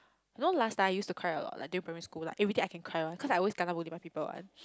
you know last time I used to cry a lot like during primary school like everyday I can cry [one] cause I always kena bully by people [one]